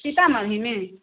सीतामढ़ीमे